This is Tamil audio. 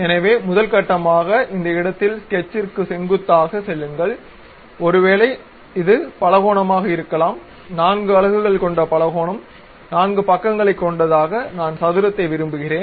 எனவே முதல் கட்டமைக்க இந்த இடத்தில் ஸ்கெட்சிற்கு செங்குத்தாக செல்லுங்கள் ஒருவேளை இது பலகோணமாக இருக்கலாம் 4 அலகுகள் கொன்ட பலகோணம் நான்கு பக்கங்களை கொண்டதாக நான் சதுரத்தை விரும்புகிறேன்